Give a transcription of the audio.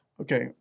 Okay